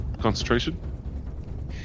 Concentration